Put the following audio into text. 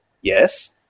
yes